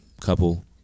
couple